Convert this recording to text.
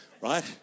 right